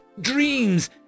Dreams